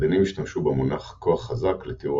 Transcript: מדענים השתמשו במונח "כוח חזק" לתיאור